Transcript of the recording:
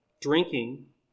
drinking